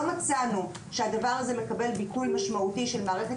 לא מצאנו שהדבר הזה מקבל ביטוי משמעותי של מערכת